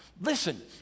Listen